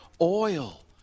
oil